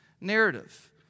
narrative